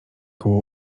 koło